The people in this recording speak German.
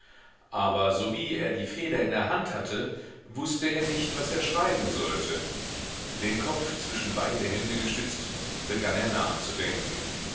aber sowie er die feder in der hand hatte wußte er nicht was er schreiben sollte den kopf zwischen beide hände gestützt begann er nachzudenken